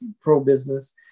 pro-business